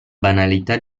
banalità